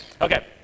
Okay